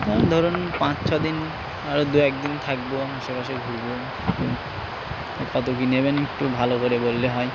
ধরুন পাঁচ ছদিন আরো দু একদিন থাকবো আশেপাশে ঘুরবো একটু কত কিনে নেবেন একটু ভালো করে বললে হয়